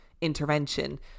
intervention